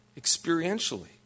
Experientially